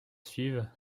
suivent